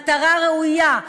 מטרה ראויה,